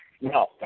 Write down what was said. No